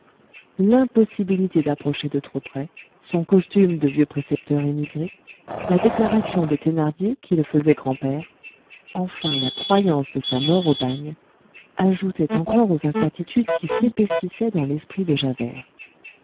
l'impossibilité d'approcher de trop près son costume de vieux précepteur émigré la déclaration de thénardier qui le faisait grand-père enfin la croyance de sa mort au bagne ajoutaient encore aux incertitudes qui s'épaississaient dans l'esprit de javert